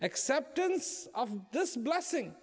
acceptance of this blessing